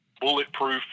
bulletproof